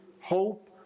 hope